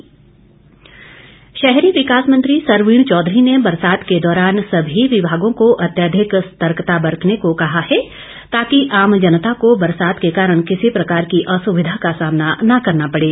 सरवीण चौधरी शहरी विकास मंत्री सरवीण चौधरी ने बरसात के दौरान सभी विभागों को अत्यधिक सतर्कता बरतने को कहा है ताकि आम जनता को बरसात के कारण किसी प्रकार की असुविधा का सामना न करना पड़े